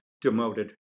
demoted